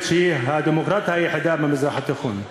שהיא הדמוקרטיה היחידה במזרח התיכון.